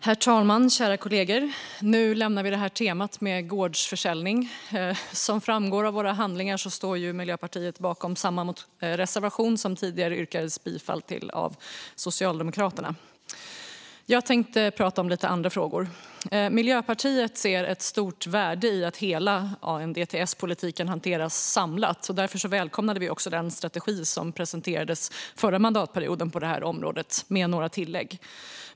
Herr talman, kära kollegor! Nu lämnar vi temat med gårdsförsäljning. Som framgår av våra handlingar står Miljöpartiet bakom samma reservation som det tidigare yrkades bifall till av Socialdemokraterna. Jag tänkte prata om lite andra frågor. Miljöpartiet ser ett stort värde i att hela ANDTS-politiken hanteras samlat. Därför välkomnade vi den strategi som presenterades förra mandatperioden på detta område med några tillägg.